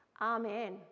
Amen